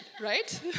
right